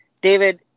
David